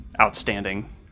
outstanding